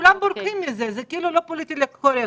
כולם בורחים מזה, זה כאילו לא פוליטיקלי קורקט.